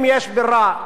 אם יש ברירה,